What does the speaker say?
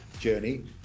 Journey